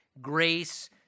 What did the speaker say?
grace